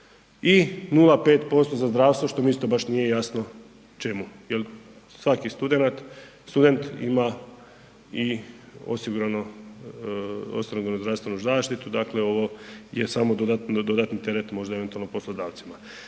i 0,5% za zdravstvo, što mi isto nije baš jasno čemu, jel svaki studenat, student ima i osigurano, osiguranu zdravstvenu zaštitu, dakle ovo je samo dodatni teret možda eventualno poslodavcima.